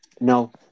No